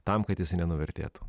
tam kad jisai nenuvertėtų